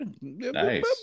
nice